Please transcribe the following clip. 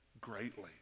greatly